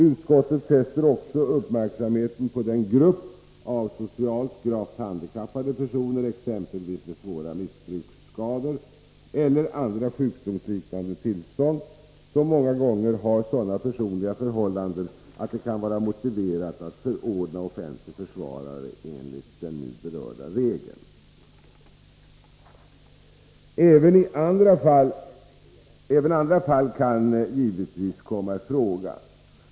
Utskottet fäster också uppmärksamheten på den grupp av socialt gravt handikappade: personer, exempelvis med svåra missbruksskador eller andra sjukdomsliknande : tillstånd, som många gånger har sådana personliga förhållanden att det kan vara motiverat att förordna offentlig försvarare enligt den nu berörda regeln. Även andra fall kan givetvis komma i fråga.